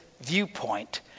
viewpoint